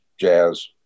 jazz